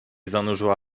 zanurzyła